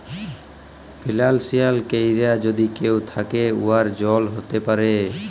financial কেরাইমে যদি কেউ থ্যাকে, উয়ার জেল হ্যতে পারে